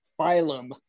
phylum